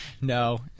No